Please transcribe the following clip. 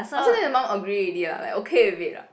oh so then your mom agree already lah like okay with it ah